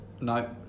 no